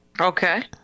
Okay